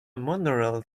monorail